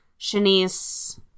Shanice